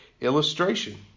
illustration